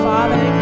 Father